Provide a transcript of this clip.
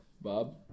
Bob